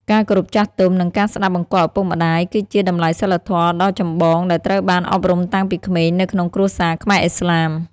ការគោរពចាស់ទុំ និងការស្តាប់បង្គាប់ឪពុកម្តាយ គឺជាតម្លៃសីលធម៌ដ៏ចម្បងដែលត្រូវបានអប់រំតាំងពីក្មេងនៅក្នុងគ្រួសារខ្មែរឥស្លាម។